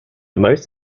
most